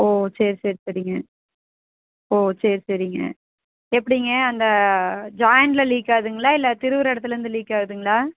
ஓ சரி சரி சரிங்க ஓ சரி சரிங்க எப்படிங்க அந்த ஜாயிண்ட்டில் லீக் ஆகுதுங்களா இல்லை திருகிற இடத்துலேந்து லீக் ஆகுதுங்களா